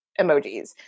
emojis